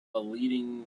leading